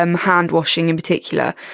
um hand washing in particular,